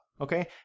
okay